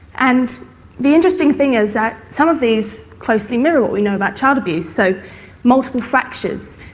and the interesting thing is that some of these closely mirror what we know about child abuse. so multiple fractures,